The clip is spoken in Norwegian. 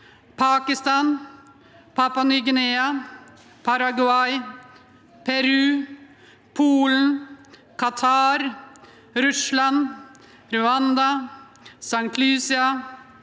Pakistan, Papua NyGuinea, Paraguay, Peru, Polen, Qatar, Russland, Rwanda, Saint Lucia,